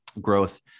growth